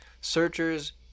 searchers